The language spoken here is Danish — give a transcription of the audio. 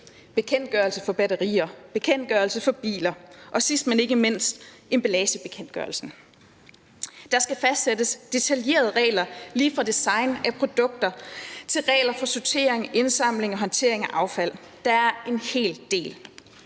bekendtgørelse for batterier, bekendtgørelse for biler og sidst, men ikke mindst, emballagebekendtgørelsen. Der skal fastsættes detaljerede regler lige fra design af produkter til regler for sortering, indsamling og håndtering af affald – der er en hel del.